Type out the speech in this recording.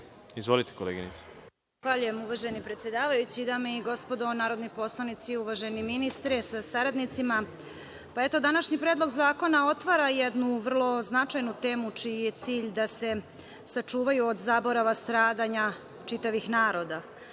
Stojanović** Zahvaljujem predsedavajući. Dame i gospodo narodni poslanici, uvaženi ministre sa saradnicima, današnji Predlog zakona otvara jednu vrlo značajnu temu čiji je cilj da se sačuvaju od zaborava stradanja čitavih naroda.